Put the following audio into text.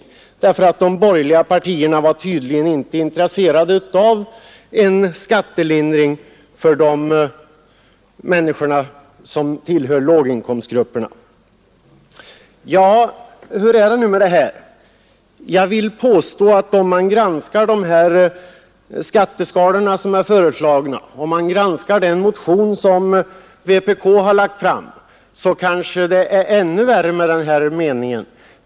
De borgerliga partierna var tydligen inte intresserade av en skattelindring för de människor som tillhör låginkomstgrupperna. Ja, hur är det nu med detta? Jag vill påstå att om man granskar de föreslagna skatteskalorna och även granskar den motion som vpk har lagt fram, så är det ännu värre med den här meningen.